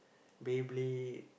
Beyblade